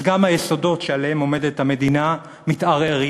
אז גם היסודות שעליהם עומדת המדינה מתערערים.